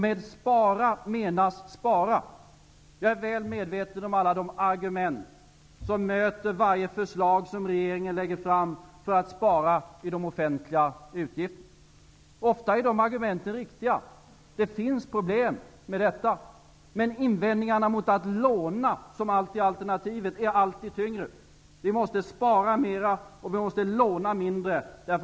Med spara menas spara. Jag är väl medveten om att de argument som möter varje förslag som regeringen lägger fram för att spara i de offentliga utgifterna ofta är riktiga. Det finns problem med detta. Men invändningarna mot att låna, som är alternativet, är alltid tyngre. Vi måste spara mer, och vi måste låna mindre.